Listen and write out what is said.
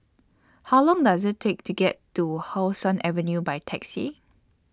How Long Does IT Take to get to How Sun Avenue By Taxi